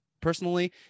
personally